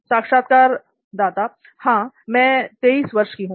साक्षात्कारदाता हां मैं 23 वर्ष की हूं